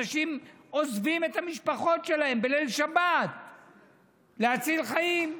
אנשים עוזבים את המשפחות שלהם בליל שבת להציל חיים.